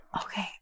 okay